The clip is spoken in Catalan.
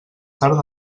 tard